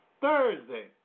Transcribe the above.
Thursday